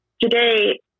Today